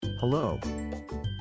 Hello